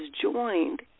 joined